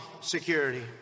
security